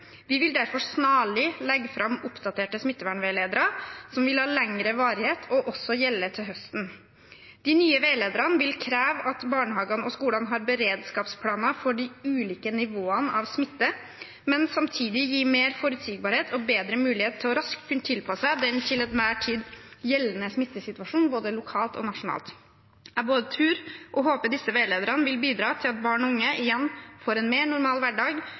Vi vil derfor snarlig legge fram oppdaterte smittevernveiledere som vil ha lengre varighet og også gjelde til høsten. De nye veilederne vil kreve at barnehagene og skolene har beredskapsplaner for de ulike nivåene av smitte, men samtidig gi mer forutsigbarhet og bedre mulighet til raskt å kunne tilpasse seg den til enhver tid gjeldende smittesituasjon både lokalt og nasjonalt. Jeg både tror og håper at disse veilederne vil bidra til at barn og unge igjen får en mer normal hverdag,